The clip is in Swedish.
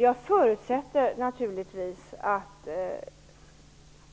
Jag förutsätter naturligtvis att